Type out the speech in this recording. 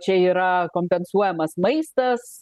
čia yra kompensuojamas maistas